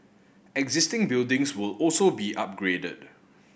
existing buildings will also be upgraded